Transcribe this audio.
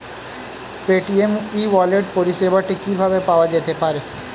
Paytm e wallet পরিষেবাটি কিভাবে পাওয়া যেতে পারে?